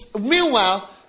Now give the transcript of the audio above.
meanwhile